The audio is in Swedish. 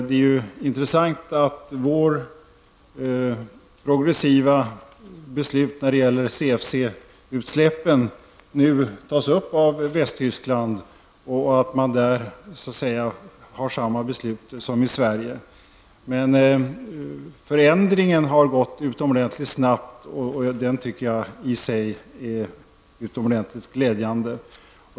Det är intressant att vårt progressiva beslut när det gäller CFC-utsläppen nu tas upp i Västtyskland och att man där har fattat samma beslut som i Sverige. Förändringen har gått oerhört snabbt, och den tycker jag i sig är mycket glädjande.